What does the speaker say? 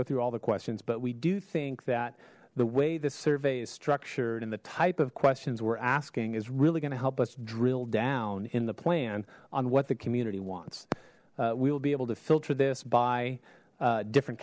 go through all the questions but we do think that the way the survey is structured and the type of questions were asking is really gonna help us drill down in the plan on what the community wants we will be able to filter this by different